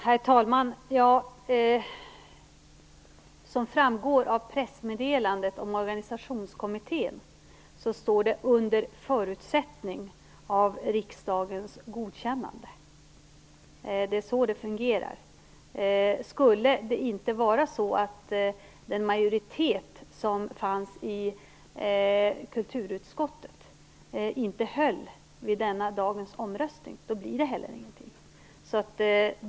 Herr talman! Som framgår av pressmeddelandet om organisationskommittén står det "under förutsättning av riksdagens godkännande". Det är så det fungerar. Skulle det vara så att den majoritet som fanns i kulturutskottet inte höll vid denna dagens omröstning, blir det heller ingenting.